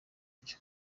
byo